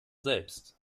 selbst